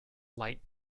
light